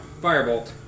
Firebolt